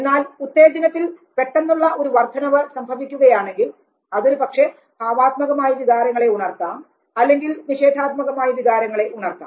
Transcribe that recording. എന്നാൽ ഉത്തേജനത്തിൽ പെട്ടെന്നുള്ള ഒരു വർദ്ധനവ് സംഭവിക്കുകയാണെങ്കിൽ അതൊരുപക്ഷേ ഭാവാത്മകമായ വികാരങ്ങളെ ഉണർത്താം അല്ലെങ്കിൽ നിഷേധാത്മകമായ വികാരങ്ങളെ ഉണർത്താം